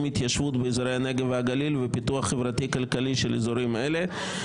קידום התיישבות באזורי הנגב והגליל ופיתוח חברתי-כלכלי של אזורים אלה.